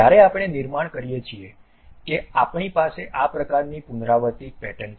જ્યારે આપણે નિર્માણ કરીએ છીએ કે આપણી પાસે આ પ્રકારની પુનરાવર્તિત પેટર્ન છે